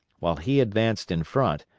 while he advanced in front,